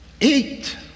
eat